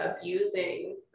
abusing